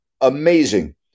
amazing